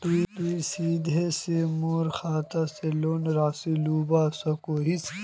तुई सीधे मोर खाता से लोन राशि लुबा सकोहिस?